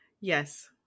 yes